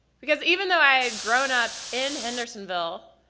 because even though i had grown up in hendersonville,